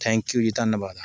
thank you ਜੀ ਧੰਨਵਾਦ